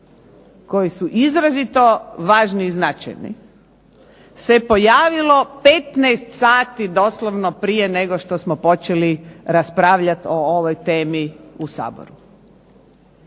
koji su izrazito važni i značajni se pojavilo 15 sati točno prije nego što smo počeli raspravljati o ovoj temi u Saboru.